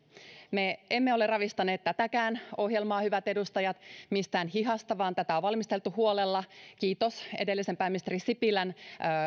me emme ole ravistaneet tätäkään ohjelmaa hyvät edustajat mistään hihasta vaan tätä on valmisteltu huolella kiitos edellisen pääministerin sipilän